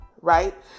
right